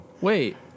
Wait